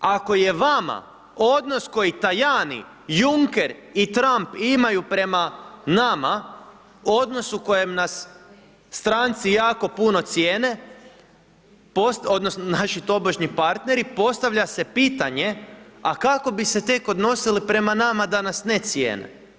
Ako je vama odnos koji Tajani, Juncker i Trump imaju prema nama odnosu kojem nas stranci jako puno cijene odnosno naši tobožnji partneri postavlja se pitanje, a kako bi se tek odnosili prema nama da nas ne cijene.